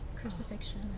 crucifixion